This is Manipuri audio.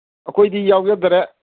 ꯑꯩꯈꯣꯏꯗꯤ ꯌꯥꯎꯖꯗꯔꯦ